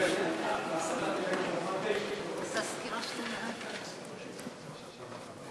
שהלך ביום שבת לעולמו.